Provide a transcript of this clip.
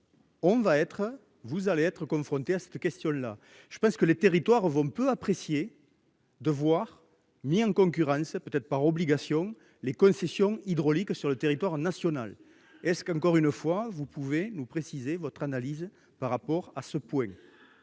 On va être, vous allez être confrontés à cette question là, je pense que les territoires vont peu apprécié de voir mis en concurrence peut être par obligation. Les concessions hydrauliques sur le territoire national. Est-ce qu'encore une fois, vous pouvez nous préciser votre analyse par rapport à ce point.